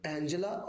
Angela